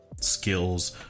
skills